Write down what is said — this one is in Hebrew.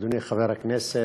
אדוני חבר הכנסת,